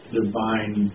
divine